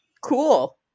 cool